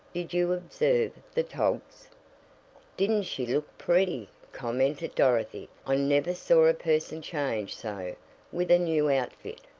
did you observe the togs didn't she look pretty? commented dorothy, i never saw a person change so with a new outfit.